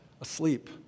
asleep